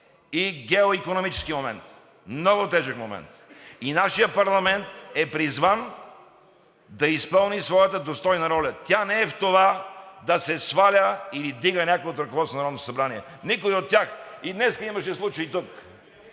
и геоикономически момент. Много тежък момент! И нашият парламент е призван да изпълни своята достойна роля. Тя не е в това да се сваля или вдига някой от ръководството на Народното събрание. Никой от тях… И днес имаше случай тук